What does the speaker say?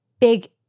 big